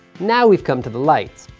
now we've come to the lights.